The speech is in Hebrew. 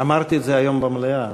אמרתי את זה היום במליאה.